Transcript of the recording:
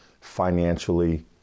financially